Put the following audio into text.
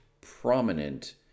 prominent